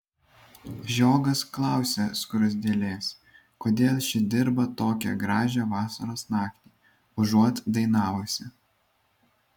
žiogas klausia skruzdėlės kodėl ši dirba tokią gražią vasaros naktį užuot dainavusi